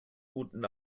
guten